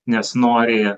nes nori